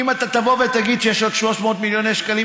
אם תבוא ותגיד שיש עוד 300 מיליוני שקלים,